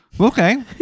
Okay